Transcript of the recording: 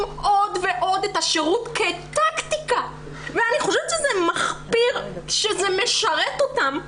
עוד ועוד את השירות כטקטיקה ואני חושבת שזה מחפיר שזה משרת אותם.